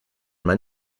man